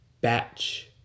batch